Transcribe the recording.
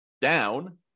down